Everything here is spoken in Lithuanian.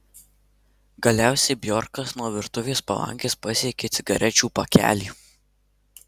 galiausiai bjorkas nuo virtuvės palangės pasiekė cigarečių pakelį